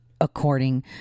according